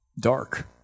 Dark